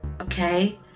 okay